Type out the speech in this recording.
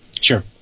Sure